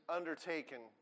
undertaken